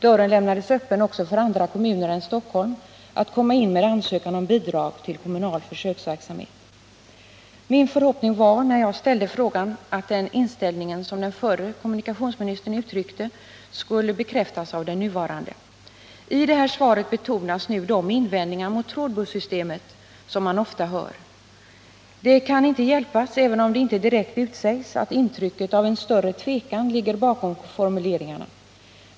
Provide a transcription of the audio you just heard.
Dörren lämnades öppen också för andra kommuner än Stockholm att komma in med ansökningar om bidrag till kommunal försöksverksamhet. Min förhoppning var, när jag ställde frågan, att den inställning som förre kommunikationsministern uttryckte skulle bekräftas av den nuvarande. I kommunikationsminister Bondestams svar betonas de invändningar mot trådbussystemet som man ofta hör. Det kan inte hjälpas att man får intrycket av — även om det inte direkt utsägs — att en större tveksamhet ligger bakom formuleringarna.